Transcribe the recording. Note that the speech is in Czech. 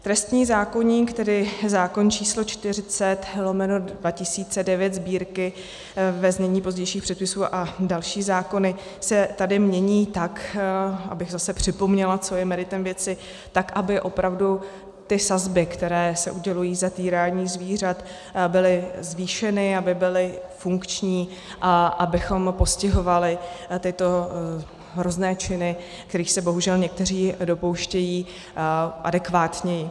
Trestní zákoník, tedy zákon č. 40/2009 Sb., ve znění pozdějších předpisů, a další zákony se tady mění tak, abych zase připomněla, co je meritem věci, aby opravdu sazby, které se udělují za týrání zvířat, byly zvýšeny, aby byly funkční a abychom postihovali tyto hrozné činy, kterých se bohužel někteří dopouštějí, adekvátněji.